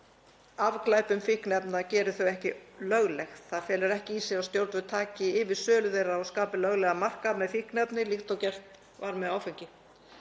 að afglæpavæðing fíkniefna gerir þau ekki lögleg. Það felur ekki í sér að stjórnvöld taki yfir sölu þeirra og skapi löglegan markað með fíkniefni líkt og gert var með áfengi.